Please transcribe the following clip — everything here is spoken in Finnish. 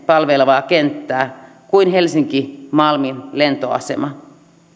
palvelevaa kenttää kuin helsinki malmin lentoasema